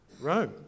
Rome